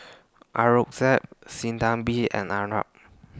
Aurangzeb Sinnathamby and Arnab